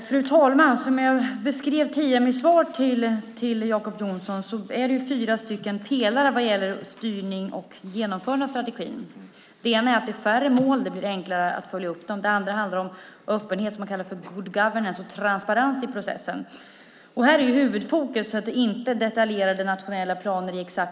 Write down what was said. Fru talman! Som jag beskrev tidigare i mitt svar till Jacob Johnson är det fyra pelare vad gäller styrning och genomförande av strategin. Det ena handlar om att det är färre mål och att det blir enklare att följa upp dem. Det andra handlar om öppenhet, det som man kallar good governance och transparens i processen. Här är huvudfokus inte detaljerade nationella planer.